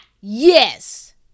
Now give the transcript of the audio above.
Yes